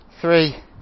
three